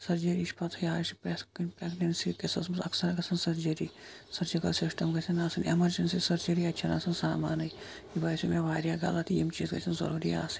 surgery چھِ پَتہٕے آز چھِ پرٛٮ۪تھ کُنہ پریٚگننسی قِصَس مَنٛز اَکثَر گَژھان سرجری سرجِکَل سِسٹَم گَژھَن ٲسِن ایٚمَرجنسی سرجری اَتہِ چھَنہٕ آسان سامانٕے یہِ باسیو مےٚ واریاہ غَلَط یِم چیٖز گَژھَن ضروٗری آسٕنۍ